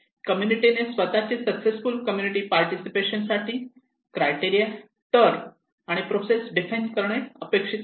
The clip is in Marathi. कम्युनिटी ने स्वतः सक्सेसफुल कम्युनिटी पार्टिसिपेशन साठी क्रायटेरिया टर्म आणि प्रोसेस डिफाइन करणे अपेक्षित आहे